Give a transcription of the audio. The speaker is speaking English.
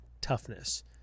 toughness